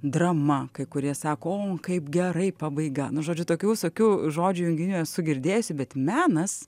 drama kai kurie sako o kaip gerai pabaiga nu žodžiu tokių visokių žodžių junginių esu girdėjusi bet menas